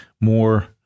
more